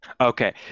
Okay